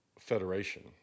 federation